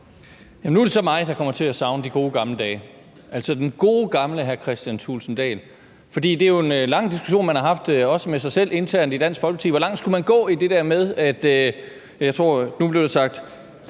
Nu er det så mig, der kommer til at savne de gode gamle dage, altså den gode gamle hr. Kristian Thulesen Dahl, for det er jo en lang diskussion, man har haft – også med sig selv internt i Dansk Folkeparti – nemlig hvor langt man skulle gå i det der, der blev sagt,